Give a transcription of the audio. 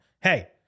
hey